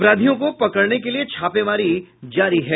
अपराधियों को पकड़ने के लिए छापेमारी जारी है